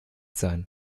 sein